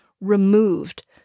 removed